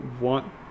want